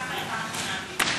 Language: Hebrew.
ככה הבנתי מהדיון.